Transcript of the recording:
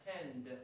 attend